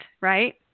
right